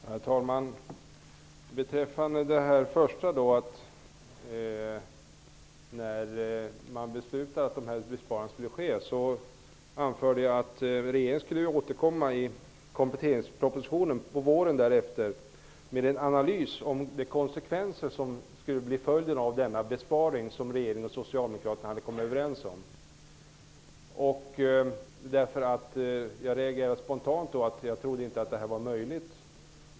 Herr talman! Beträffande det första som Britta Bjelle tog upp vill jag säga följande. När man beslutade om att dessa besparingar skulle ske, anförde jag att regeringen skulle återkomma i kompletteringspropositionen under våren därefter, med en analys av de konsekvenser som skulle bli följden av den besparing som regeringen och Socialdemokraterna hade kommit överens om. Jag reagerade då spontant och sade att jag inte trodde att detta var möjligt.